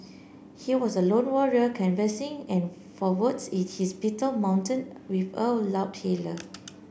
he was a lone warrior canvassing for votes in his Beetle mounted with a loudhailer